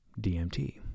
DMT